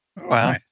Wow